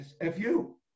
F-U